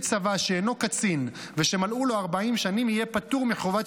צבא שאינו קצין ושמלאו לו 40 שנים יהיה פטור מחובת